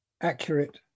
accurate